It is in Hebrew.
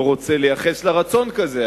לא רוצה לייחס לה רצון כזה,